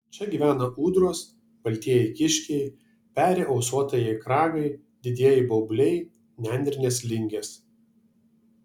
čia gyvena ūdros baltieji kiškiai peri ausuotieji kragai didieji baubliai nendrinės lingės